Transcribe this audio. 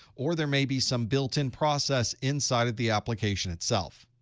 or there may be some built-in process inside of the application itself.